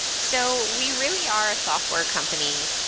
so we really are a software company,